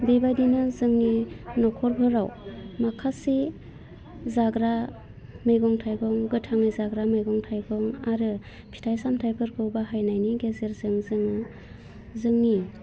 बेबायदिनो जोंनि नखरफोराव माखासे जाग्रा मेगं थाइगं गोथाङै जाग्रा मैगं थाइगं आरो फिथाइ सामथाइफोरखौ बाहायनायनि गेजेरजों जोङो जोंनि